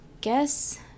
guess